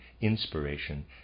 inspiration